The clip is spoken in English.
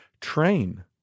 train